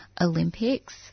Olympics